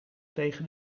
tegen